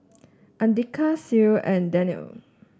Andika Sri and Danial